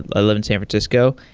i live in san francisco.